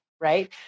Right